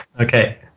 Okay